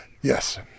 Yes